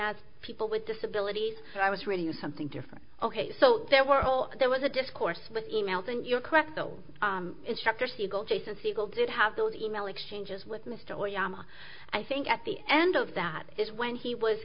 as people with disabilities so i was reading something different ok so there were all there was a discourse with e mails and you're correct though instructor siegel jason segel did have those email exchanges with mr or yama i think at the end of that is when he was